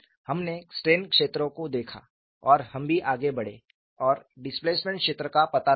हमने स्ट्रेन क्षेत्र को देखा और हम भी आगे बढ़े और डिस्प्लेसमेंट क्षेत्र का पता लगाया